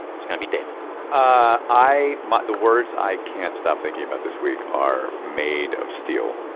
it's going to be david ah i my the words i can't stop thinking about this week are made of steel